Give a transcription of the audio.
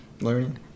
learning